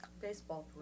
Baseball